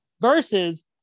versus